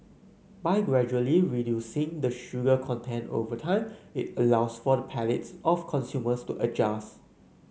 by gradually reducing the sugar content over time it allows for the palates of consumers to adjust